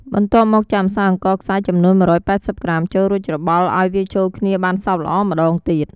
បន្ទាប់មកចាក់ម្សៅអង្ករខ្សាយចំនួន១៨០ក្រាមចូល រួចច្របល់ឲ្យវាចូលគ្នាបានសព្វល្អម្ដងទៀត។